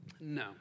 No